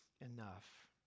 enough